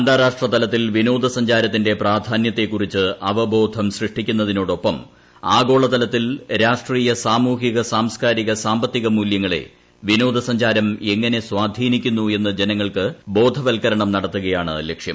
അന്താരാഷ്ട്ര തലത്തിൽ വിനോദ സഞ്ചാരത്തിന്റെ പ്രാധാന്യത്തെക്കുറിച്ച് അവബോധം സൃഷ്ടിക്കുന്നതിനോടൊപ്പം ആഗോളതലത്തിൽ രാഷ്ട്രീയ സാമൂഹിക സാംസ്കാരിക സാമ്പത്തിക മൂല്യങ്ങളെ വിനോദസഞ്ചാരം എങ്ങനെ സ്വാധീനിക്കുന്നു എന്ന് ജനങ്ങൾക്ക് ബോധവൽക്കരണം നടത്തുകയാണ് ലക്ഷ്യം